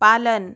पालन